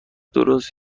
درست